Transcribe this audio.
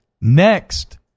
Next